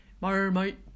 Marmite